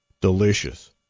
delicious